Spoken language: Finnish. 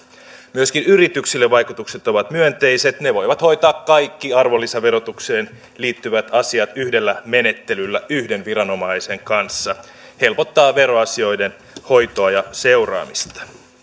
myöskin yrityksille vaikutukset ovat myönteiset ne voivat hoitaa kaikki arvonlisäverotukseen liittyvät asiat yhdellä menettelyllä yhden viranomaisen kanssa mikä helpottaa veroasioiden hoitoa ja seuraamista